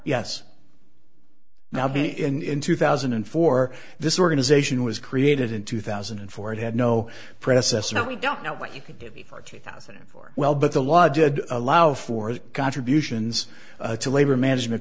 yes now be in two thousand and four this organization was created in two thousand and four it had no predecessor we don't know what you could give me for two thousand and four well but the law did allow for the contributions to labor management